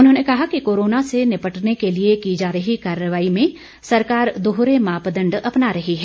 उन्होंने कहा कि कोरोना से निपटने के लिए की जा रही कार्रवाई में सरकार दोहरे मापदण्ड अपना रही है